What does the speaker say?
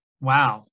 Wow